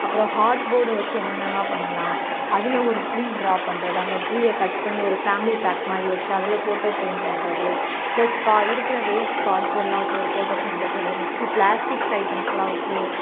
அப்புறம் ஹாட் போர்டை வச்சு என்னென்னலாம் பண்ணலாம் அதில் ஒரு ட்ரீ ட்ரா பண்ணுறது அந்த ட்ரீயை கட் பண்ணி ஒரு ஃபேமிலி பேக் மாதிரி வச்சு அதில் ஃபோட்டோ ஃப்ரேம் பண்ணுறது ப்ளஸ் கா இருக்கிற வேஸ்ட் கார்ட் போர்ட்லாம் வச்சு ஒரு ஃபோட்டோ ஃப்ரேம் பண்ணுறது நெக்ஸ்ட்டு ப்ளாஸ்டிக்ஸ் ஐட்டம்ஸ்லாம் வச்சு